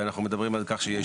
והשנייה,